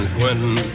Quentin